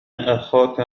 أخاك